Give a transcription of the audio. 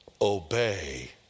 Obey